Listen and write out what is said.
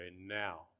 now